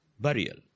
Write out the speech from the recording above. Burial